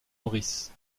maurice